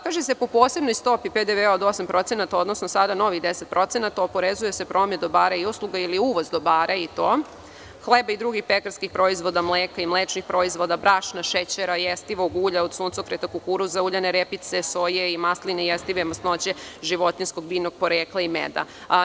Kaže se – po posebnoj stopi PDV od 8%, odnosno sada novih 10% oporezuje se promet dobara i usluga ili uvoz dobara i to: hleba i drugih pekarskih proizvoda, mleka i mlečnih proizvoda, brašna, šećera, jestivog ulja od suncokreta, kukuruza, uljane repice, soje, masline i jestive masnoće životinjskog, biljnog porekla i meda.